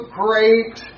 great